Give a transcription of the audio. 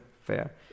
Fair